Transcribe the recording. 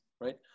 right